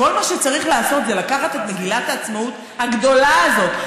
כל מה שצריך לעשות זה לקחת את מגילת העצמאות הגדולה הזאת,